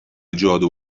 جادو